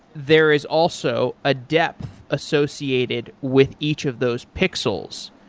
there is also a depth associated with each of those pixels.